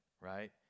right